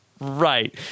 right